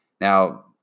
Now